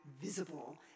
visible